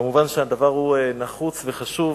מובן שהדבר הוא נחוץ וחשוב.